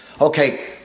Okay